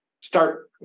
start